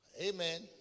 Amen